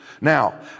Now